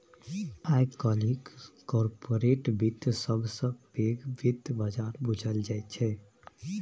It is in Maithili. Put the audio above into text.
आइ काल्हि कारपोरेट बित्त सबसँ पैघ बित्त बजार बुझल जाइ छै